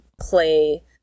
play